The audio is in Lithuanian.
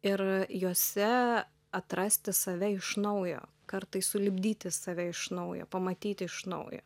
ir juose atrasti save iš naujo kartais sulipdyti save iš naujo pamatyti iš naujo